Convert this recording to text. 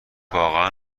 واقعا